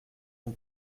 son